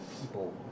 people